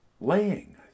Laying